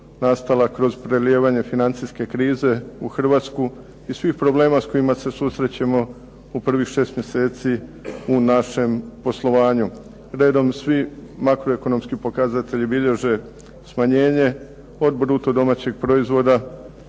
nastala kroz prelijevanje financijske krize u Hrvatsku i svih problema s kojima se susrećemo u prvih šest mjeseci u našem poslovanju. Redom svi makroekonomski pokazatelji bilježe smanjenje od bruto domaćeg proizvoda